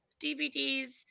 DVDs